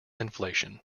inflation